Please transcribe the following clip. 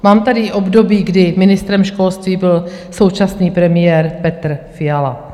Mám tady i období, kdy ministrem školství byl současný premiér Petr Fiala.